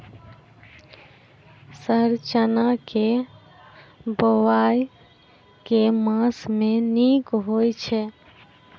Sir चना केँ बोवाई केँ मास मे नीक होइ छैय?